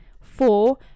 Four